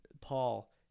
Paul